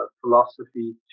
philosophy